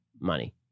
money